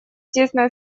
тесное